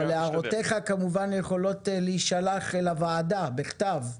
אבל הערותיך כמובן יכולות להישלח לוועדה בכתב,